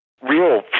real